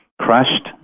crushed